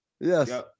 Yes